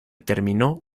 terminó